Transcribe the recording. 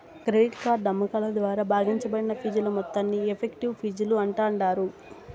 credit card అమ్మకాల ద్వారా భాగించబడిన ఫీజుల మొత్తాన్ని ఎఫెక్టివ్ ఫీజులు అంటాండారు